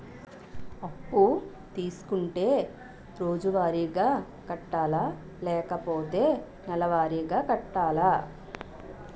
అప్పు తీసుకుంటే రోజువారిగా కట్టాలా? లేకపోతే నెలవారీగా కట్టాలా?